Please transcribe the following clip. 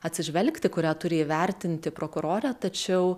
atsižvelgti kurią turi įvertinti prokurorė tačiau